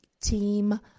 team